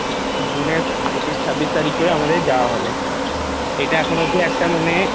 জুনের পঁচিশ ছাব্বিশ তারিখ করে আমাদের যাওয়া হবে এটা এখনও অবধি একটা মানে